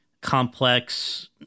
complex